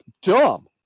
dumb